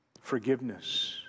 forgiveness